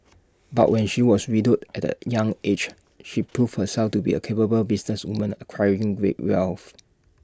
but when she was widowed at A young aged she proved herself to be A capable businesswoman acquiring great wealth